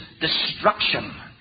destruction